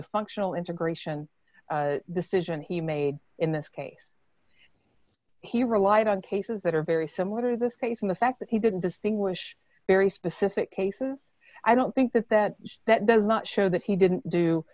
the functional integration decision he made in this case he relied on cases that are very similar this case and the fact that he didn't distinguish very specific cases i don't think that that that does not show that he didn't do